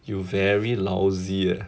you very lousy eh